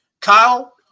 Kyle